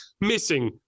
missing